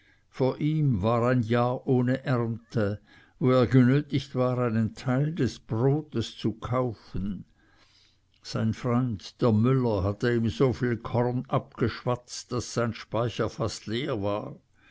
vor ihm war ein jahr ohne ernte wo er genötigt war einen teil des brotes zu kaufen sein freund der müller hatte ihm so viel korn abgeschwatzt daß sein speicher fast leer war